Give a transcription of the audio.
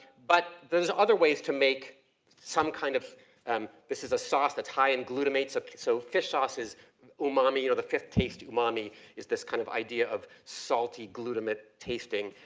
but there's other ways to make some kind of um this is a sauce that's high in glutamate, so, so fish sauce is umami, or the fifth taste umami is this kind of idea of salty, glutamate tasting,